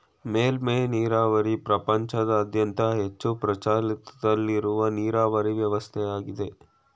ಮೇಲ್ಮೆ ನೀರಾವರಿ ಪ್ರಪಂಚದಾದ್ಯಂತ ಹೆಚ್ಚು ಪ್ರಚಲಿತದಲ್ಲಿರುವ ನೀರಾವರಿ ವ್ಯವಸ್ಥೆಯಾಗಿದೆ